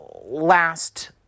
last